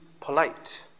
polite